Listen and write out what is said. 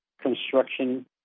construction